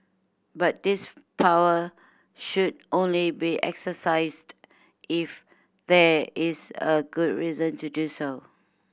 but this power should only be exercised if there is a good reason to do so